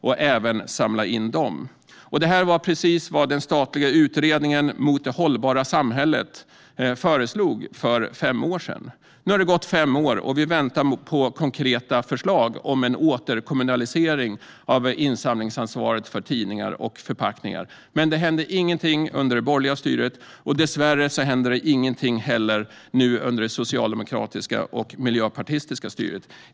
Det var också precis vad den statliga utredningen Mot det hållbara samhället föreslog för fem år sedan. Nu har det gått fem år, och vi väntar på konkreta förslag om en återkommunalisering av insamlingsansvaret för tidningar och förpackningar. Det hände ingenting under det borgerliga styret, och dessvärre händer det heller ingenting nu under det socialdemokratiska och miljöpartistiska styret.